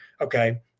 okay